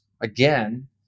again